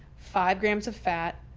five grams of fat,